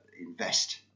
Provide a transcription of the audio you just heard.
invest